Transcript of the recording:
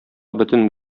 бөтен